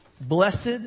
Blessed